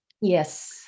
Yes